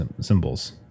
symbols